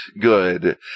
good